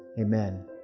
Amen